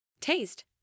Taste